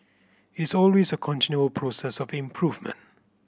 it's always a continual process of improvement